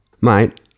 Mate